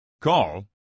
call